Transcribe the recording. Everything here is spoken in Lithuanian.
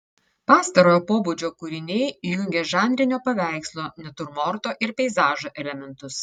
pastarojo pobūdžio kūriniai jungė žanrinio paveikslo natiurmorto ir peizažo elementus